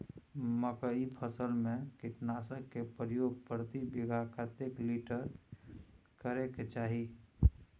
मकई फसल में कीटनासक के प्रयोग प्रति बीघा कतेक लीटर करय के चाही?